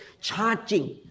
Charging